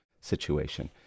situation